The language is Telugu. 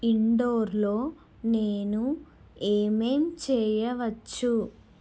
ఇండోర్లో నేను ఏమేం చేయవచ్చు